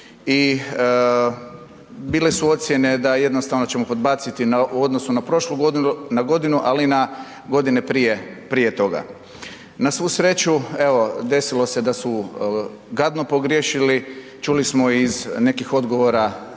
i bile su ocjene da jednostavno ćemo podbaciti u odnosu na prošlu godinu, ali i na godine prije, prije toga. Na svu sreću evo desilo se da su gadno pogriješili, čuli smo iz nekih odgovora